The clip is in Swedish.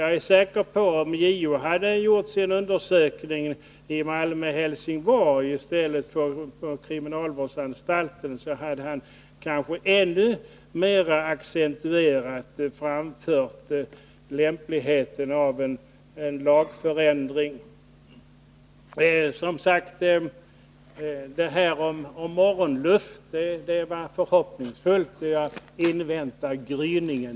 Jag är säker på att om JO hade gjort sin undersökning i Malmö och Helsingborg i stället för på kriminalvårdsområdet, hade han kanske ännu mer accentuerat framfört lämpligheten av en lagförändring. Handelsministern säger att det inger hopp när smugglarna vädrar morgonluft, och jag inväntar därför gryningen.